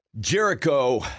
Jericho